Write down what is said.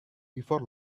before